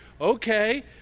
Okay